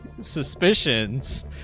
suspicions